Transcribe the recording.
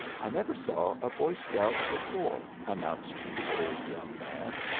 i never saw a boy scout before, announced the old young man.